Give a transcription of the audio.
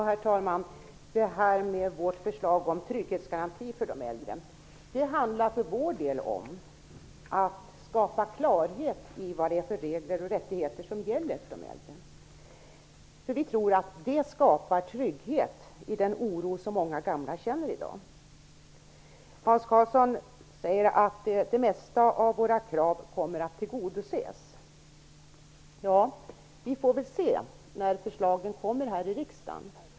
Herr talman! Vårt förslag om en trygghetsgaranti för de äldre handlar för oss om att skapa klarhet i vilka regler och rättigheter som gäller för de äldre. Vi tror nämligen att det skapar trygghet för de äldre, som i dag ofta känner oro. Hans Karlsson säger att det mesta av våra krav kommer att tillgodoses. Vi får väl se när förslagen läggs fram här i riksdagen.